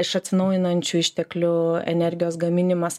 iš atsinaujinančių išteklių energijos gaminimas